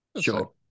Sure